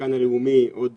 הסטטיסטיקן הלאומי עוד